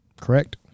correct